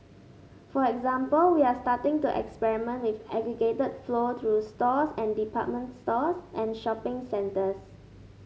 for example we're starting to experiment with aggregated flow through stores and department stores and shopping centres